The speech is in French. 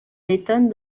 lettone